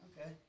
Okay